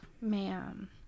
Ma'am